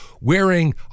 wearing